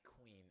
queen